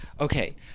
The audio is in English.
Okay